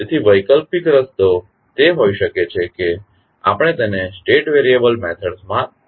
તેથી વૈકલ્પિક રસ્તો તે હોઈ શકે છે કે આપણે તેને સ્ટેટ વેરીએબલ મેથડ્સ માં રજૂ કરીએ